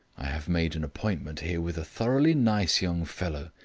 i have made an appointment here with a thoroughly nice young fellow.